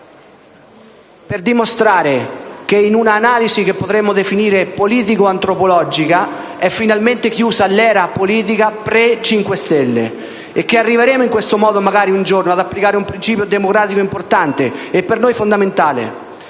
per dimostrare che, in un'analisi che potremmo definire politico-antropologica, è finalmente chiusa l'era politica pre 5 Stelle, e che arriveremo in questo modo, magari un giorno, ad applicare un principio democratico importante, e per noi fondamentale.